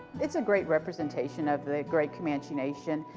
it's a great representation of the great comanche nation.